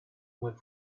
went